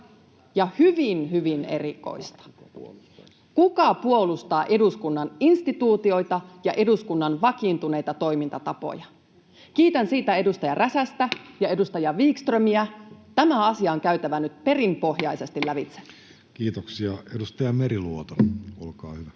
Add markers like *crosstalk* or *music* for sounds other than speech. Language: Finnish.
hyvin erikoista. Kuka puolustaa eduskunnan instituutioita ja eduskunnan vakiintuneita toimintatapoja? Kiitän siitä edustaja Räsästä *noise* ja edustaja Wickströmiä. Tämä asia on käytävä nyt perinpohjaisesti lävitse. Kiitoksia. — Edustaja Meriluoto, olkaa hyvä.